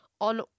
on